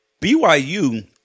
BYU